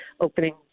opening